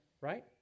right